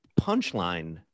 punchline